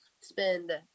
spend